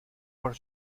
por